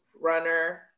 runner